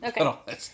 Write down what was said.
Okay